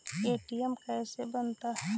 ATM कैसे बनता?